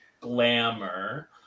glamour